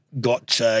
got